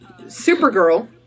Supergirl